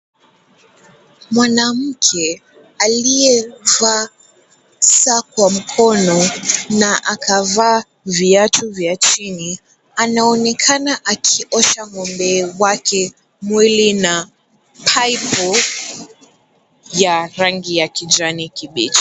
Mwanamke aliyevaa saa kwa mkono na akavaa viatu vya chini, anaonekana akiosha ng'ombe wake mwili na pipe ya rangi ya kijani kibichi.